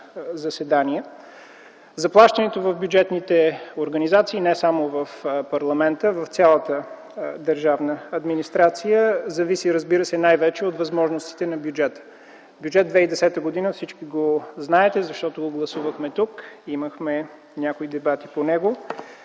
заседание. Заплащането в бюджетните организации – не само в парламента, но в цялата държавна администрация, разбира се, зависи най-вече от възможностите на бюджета. Бюджет 2010 г. всички го знаете, защото го гласувахме тук, имахме някои дебати по него,